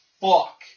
fuck